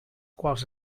quals